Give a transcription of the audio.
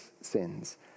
sins